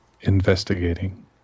investigating